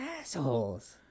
assholes